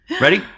Ready